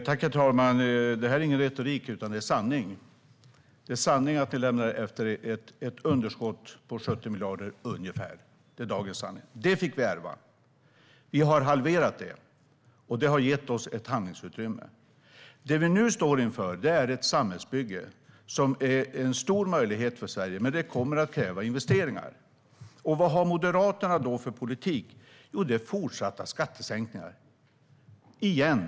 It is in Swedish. Herr talman! Det här är ingen retorik utan sanning. Det är dagens sanning att ni lämnade efter er ett underskott på ungefär 70 miljarder. Det fick vi ärva. Vi har halverat det, och detta har gett oss ett handlingsutrymme. Det vi nu står inför är ett samhällsbygge som är en stor möjlighet för Sverige. Men det kommer att kräva investeringar. Vad har då Moderaterna för politik? Jo, det handlar om fortsatta skattesänkningar - igen.